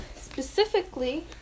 specifically